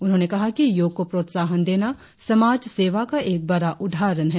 उन्होंने कहा कि योग को प्रोत्साहन देना समाज सेवा का एक बड़ा उदाहरण है